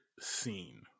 scene